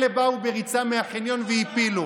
אלה באו בריצה מהחניון והפילו.